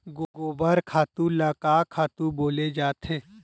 गोबर खातु ल का खातु बोले जाथे?